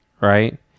Right